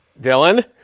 Dylan